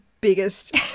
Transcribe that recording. biggest